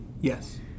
Yes